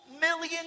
million